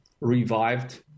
revived